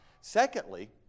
Secondly